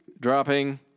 dropping